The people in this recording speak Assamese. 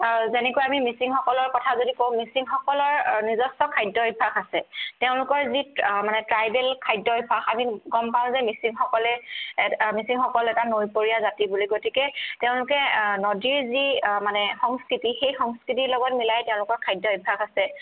যেনেকুৱা আমি যদি মিচিংসকলৰ কথা যদি কওঁ মিচিংসকলৰ নিজস্ব খাদ্য অভ্যাস আছে তেওঁলোকৰ যি মানে ট্ৰাইবেল খাদ্য অভ্যাস আমি গম পাওঁ যে মিচিংসকলে মিচিংসকল এটা নৈপৰীয়া জাতি বুলি গতিকে তেওঁলোকে নদীৰ যি মানে সংস্কৃতি সেই সংস্কৃতিৰ লগত মিলাই তেওঁলোকৰ খাদ্য অভ্যাস আছে